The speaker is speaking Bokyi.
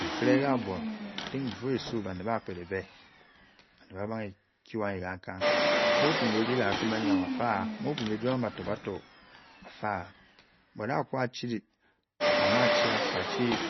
Nkele ka bion i thuta before esu baned ba pkele be ba wed ba bang ku le bang kang nuo for me odi ka kem eyam ofa mu ofu ne ogupong bator, pator ope ben ar bagua chil ba ma chi afo achi